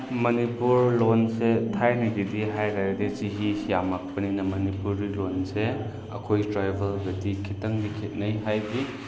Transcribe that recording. ꯃꯅꯤꯄꯨꯔ ꯂꯣꯜꯁꯦ ꯊꯥꯏꯅꯒꯤꯗꯤ ꯍꯥꯏꯔꯗꯤ ꯆꯍꯤꯁꯤ ꯌꯥꯝꯃꯛꯄꯥꯅꯤꯅ ꯃꯅꯤꯄꯨꯔꯤ ꯂꯣꯜꯁꯦ ꯑꯈꯣꯏ ꯇ꯭ꯔꯥꯚꯦꯜꯒꯗꯤ ꯈꯤꯇꯥꯡꯗꯤ ꯈꯦꯅꯩ ꯍꯥꯏꯗꯤ